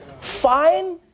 Fine